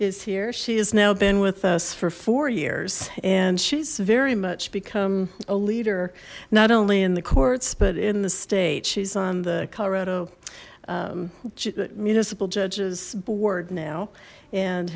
is here she has now been with us for four years and she's very much become a leader not only in the courts but in the state she's on the colorado municipal judges board now and